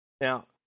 Now